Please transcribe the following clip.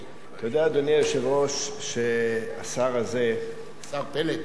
אתה יודע, אדוני היושב-ראש, שהשר הזה, השר פלד.